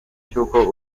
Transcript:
cy’uko